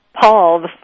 Paul